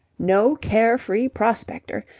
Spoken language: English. no care-free prospector,